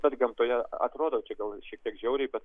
bet gamtoje atrodo čia gal šitiek žiauriai bet